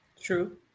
True